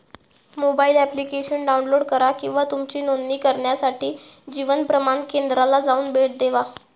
mobile application download करा किंवा तुमची नोंदणी करण्यासाठी जीवन प्रमाण केंद्राला जाऊन भेट देवा